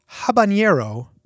Habanero